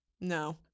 no